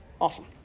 Awesome